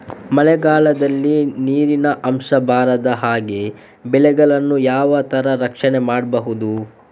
ಮಳೆಗಾಲದಲ್ಲಿ ನೀರಿನ ಅಂಶ ಬಾರದ ಹಾಗೆ ಬೆಳೆಗಳನ್ನು ಯಾವ ತರ ರಕ್ಷಣೆ ಮಾಡ್ಬಹುದು?